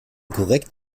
korrekt